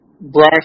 brush